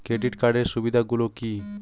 Credit কার্ডের সুবিধা গুলো কি?